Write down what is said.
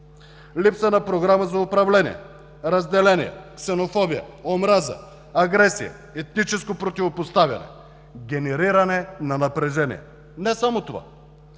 липса на програма за управление, разделение, ксенофобия, омраза, агресия, етническо противопоставяне, генериране на напрежение. Не само това!